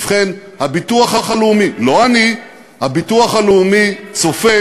ובכן, הביטוח הלאומי, לא אני, הביטוח הלאומי צופה